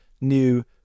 new